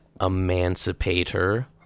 Emancipator